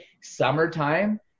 summertime